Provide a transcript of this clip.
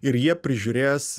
ir jie prižiūrės